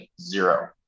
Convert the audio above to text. zero